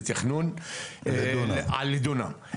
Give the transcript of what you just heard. לתכנון לדונם,